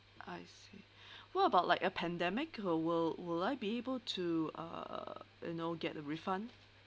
I see what about like a pandemic uh will will I be able to uh you know get a refund